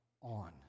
on